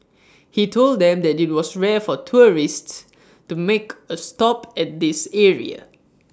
he told them that IT was rare for tourists to make A stop at this area